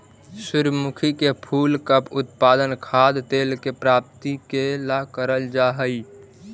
सूर्यमुखी के फूल का उत्पादन खाद्य तेल के प्राप्ति के ला करल जा हई